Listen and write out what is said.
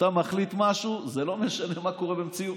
כשאתה מחליט משהו, זה לא משנה מה קורה במציאות.